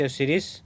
series